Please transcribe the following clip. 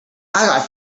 got